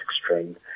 extreme